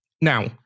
now